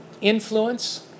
influence